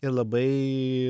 ir labai